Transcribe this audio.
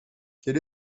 quel